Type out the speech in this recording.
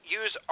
use